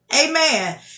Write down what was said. Amen